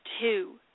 two